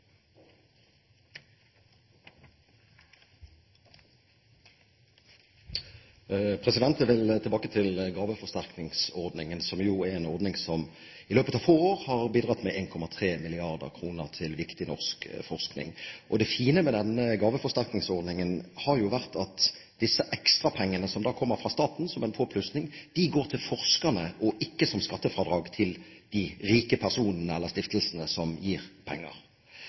en ordning som i løpet av få år har bidratt med 1,3 mrd. kr til viktig norsk forskning. Det fine med gaveforsterkningsordningen har vært at disse ekstra pengene som kommer som en påplussing fra staten, går til forskerne og ikke som skattefradrag til de rike personene eller stiftelsene som gir penger.